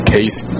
Case